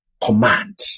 command